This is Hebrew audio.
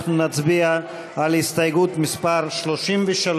אנחנו נצביע על הסתייגות מס' 33